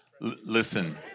Listen